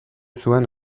zuen